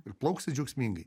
ir plauksit džiaugsmingai